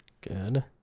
Good